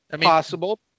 Possible